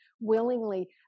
willingly